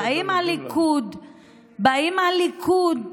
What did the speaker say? באים הליכוד,